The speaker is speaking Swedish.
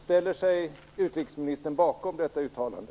Ställer sig utrikesministern bakom detta uttalande?